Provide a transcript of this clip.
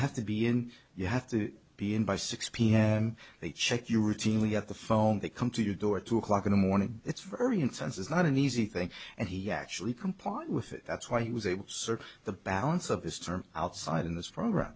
have to be in you have to be in by six pm they check you routinely at the phone they come to your door two o'clock in the morning it's very intense it's not an easy thing and he actually complied with it that's why he was able to serve the balance of his term outside in this program